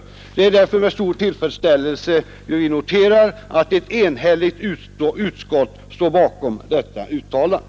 Det är därför med stor tillfredsställelse vi noterar att ett enigt utskott står bakom detta uttalande.